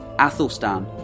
Athelstan